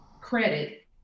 credit